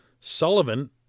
Sullivan